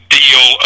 deal